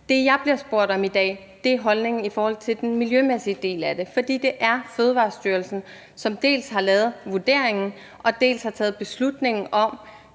Det, jeg bliver spurgt om i dag, er holdningen i forhold til den miljømæssige del af det, fordi det er Fødevarestyrelsen, som dels har lavet vurderingen, dels har taget beslutningen om